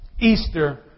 Easter